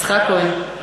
יצחק כהן.